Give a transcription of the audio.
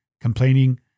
complaining